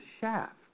shaft